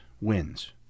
wins